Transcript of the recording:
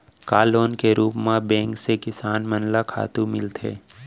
का लोन के रूप मा बैंक से किसान मन ला खातू मिलथे?